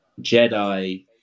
Jedi